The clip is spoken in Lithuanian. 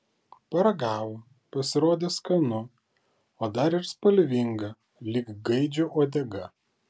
paragavo pasirodė skanu o dar ir spalvinga lyg gaidžio uodega